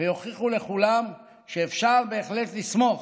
ויוכיחו לכולם שאפשר בהחלט לסמוך